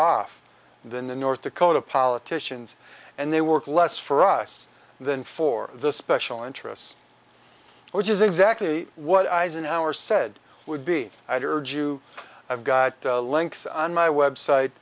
off than the north dakota politicians and they work less for us than for the special interests which is exactly what eisenhower said would be i've heard you have guy links on my website